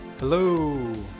Hello